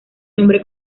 nombre